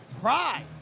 pride